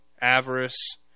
avarice